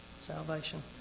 Salvation